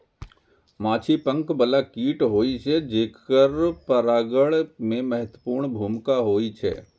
माछी पंख बला कीट होइ छै, जेकर परागण मे महत्वपूर्ण भूमिका होइ छै